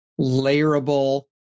layerable